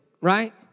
right